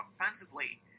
offensively